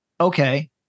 okay